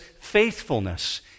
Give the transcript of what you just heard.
faithfulness